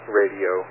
radio